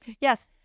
Yes